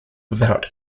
without